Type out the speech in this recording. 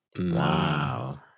Wow